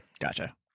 Gotcha